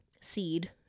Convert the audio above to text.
seed